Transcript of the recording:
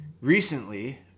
recently